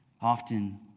Often